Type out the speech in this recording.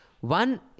one